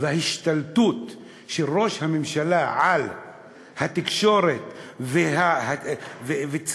וההשתלטות של ראש הממשלה על התקשורת וצריבת